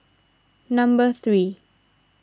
number three